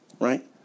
right